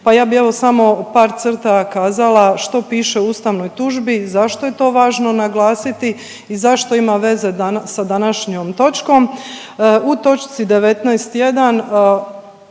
pa ja bih, evo, samo u par crta kazala što piše u ustavnoj tužbi, zašto je to važno naglasiti i zašto ima veze sa današnjom točkom. U točci 19.1.